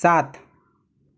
सात